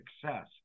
success